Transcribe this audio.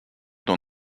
dans